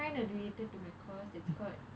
related to my course that's called